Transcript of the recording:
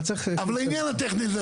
העניין הטכני הזה,